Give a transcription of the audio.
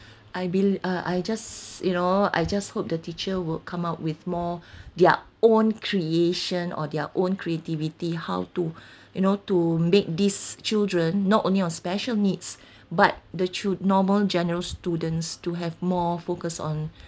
I bel~ uh I just you know I just hope the teacher would come up with more their own creation or their own creativity how to you know to make these children not only of special needs but the chil~ normal general students to have more focus on